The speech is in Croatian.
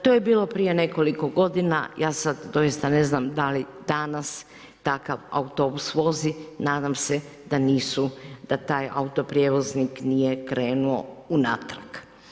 To je bilo prije nekoliko godina, ja sada doista ne znam da li danas takav autobus vozi, nadam se da taj autoprijevoznik nije krenuo unatrag.